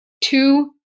two